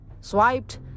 Swiped